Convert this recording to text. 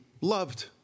loved